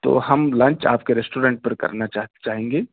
تو ہم لنچ آپ کے ریسٹورنٹ پر کرنا چاہیں گے